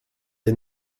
der